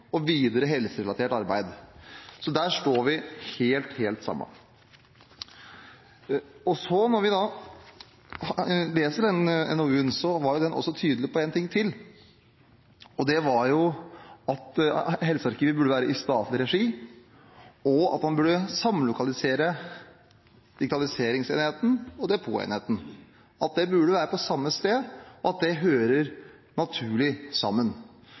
for videre helserelatert arbeid. Der står vi helt, helt samlet. Når vi leser den NOU-en, er den tydelig på en ting til, og det er at helsearkivet bør være i statlig regi, og at man bør samlokalisere digitaliseringsenheten og depotenheten – at de bør være på samme sted, og at de hører naturlig sammen.